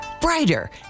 brighter